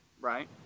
Right